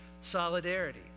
solidarity